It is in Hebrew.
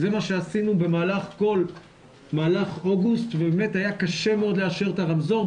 זה מה שעשינו במהלך אוגוסט ובאמת היה קשה מאוד לאשר את הרמזור,